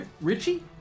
Richie